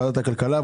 ועדת הכלכלה,